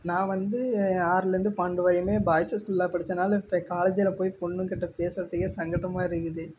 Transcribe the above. நான் வந்து ஆறுலேருந்து பன்னெண்டு வரையும் பாய்ஸஸ் ஸ்கூலில் படிச்சதுனால இப்போ காலேஜில் போய் பொண்ணுங்கக்கிட்டே பேசுறதுக்கே சங்கடமா இருக்குது